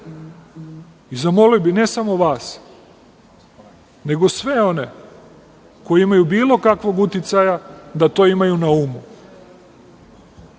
Zamolio bih, ne samo vas, nego sve one koji imaju bilo kakvog uticaja da to imaju na umu,